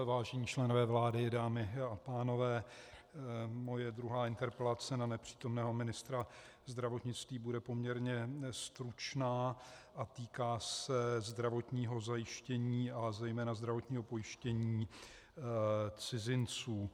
Vážení členové vlády, dámy a pánové, moje druhá interpelace na nepřítomného ministra zdravotnictví bude poměrně stručná a týká se zdravotního zajištění a zejména zdravotního pojištění cizinců.